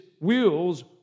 wheels